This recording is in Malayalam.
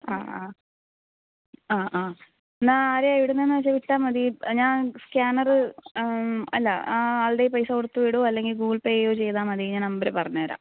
ആ ആ ആ ആ എന്നാൽ ആരെ എവിടുന്നാണെന്ന് വെച്ചാൽ വിട്ടാൽ മതി ഞാൻ സ്കാനർ അല്ല ആളുടെ കയ്യിൽ പൈസ കൊടുത്തുവിടുവോ അല്ലെങ്കിൽ ഗൂഗിൾ പേ ചെയ്യുവോ ചെയ്താൽ മതി ഞാൻ നമ്പർ പറഞ്ഞുതരാം